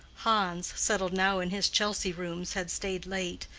hans, settled now in his chelsea rooms, had stayed late,